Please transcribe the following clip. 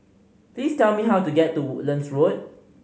please tell me how to get to Woodlands Road